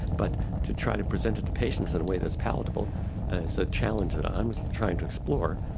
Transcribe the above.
but to try to present it to patients in a way that's palatable is a challenge that i'm trying to explore.